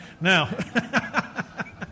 Now